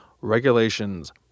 regulations